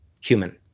human